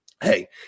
hey